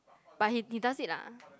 but he he does it lah